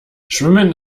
schwimmen